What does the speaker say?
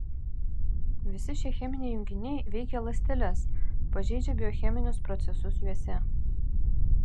visi šie cheminiai junginiai veikia ląsteles pažeidžia biocheminius procesus juose